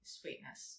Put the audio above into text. sweetness